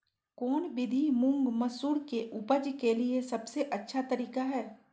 कौन विधि मुंग, मसूर के उपज के लिए सबसे अच्छा तरीका है?